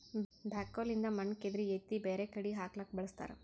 backhoe ಲಿಂದ್ ಮಣ್ಣ್ ಕೆದರಿ ಎತ್ತಿ ಬ್ಯಾರೆ ಕಡಿ ಹಾಕ್ಲಕ್ಕ್ ಬಳಸ್ತಾರ